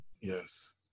Yes